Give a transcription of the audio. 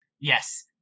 Yes